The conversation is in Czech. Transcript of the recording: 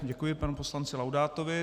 Děkuji panu poslanci Laudátovi.